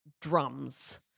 drums